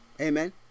Amen